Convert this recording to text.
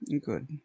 Good